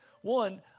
One